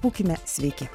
būkime sveiki